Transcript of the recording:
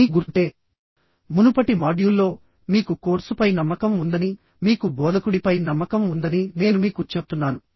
మీకు గుర్తుంటే మునుపటి మాడ్యూల్లో మీకు కోర్సుపై నమ్మకం ఉందని మీకు బోధకుడిపై నమ్మకం ఉందని నేను మీకు చెప్తున్నాను